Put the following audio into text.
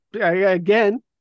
Again